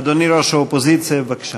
אדוני ראש האופוזיציה, בבקשה.